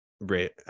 right